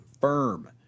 firm